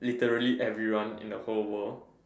literally everyone in the whole world